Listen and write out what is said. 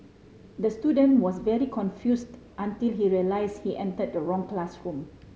the student was very confused until he realised he entered the wrong classroom